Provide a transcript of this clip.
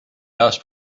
last